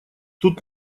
тут